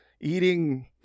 eating